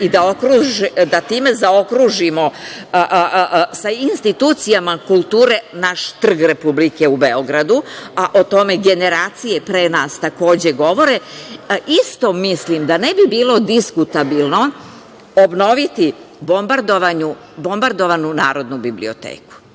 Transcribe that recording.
i da time zaokružimo sa institucijama kulture naš trg Republike u Beogradu, a o tome generacije pre nas, takođe govore, isto mislim da ne bi bilo diskutabilno obnoviti bombardovanu Narodnu biblioteku.